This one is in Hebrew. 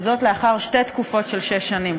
וזאת לאחר שתי תקופות של שש שנים.